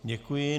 Děkuji.